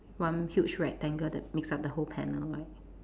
one huge rectangle that makes up the whole panel right